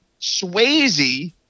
Swayze